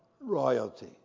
royalty